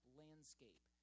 landscape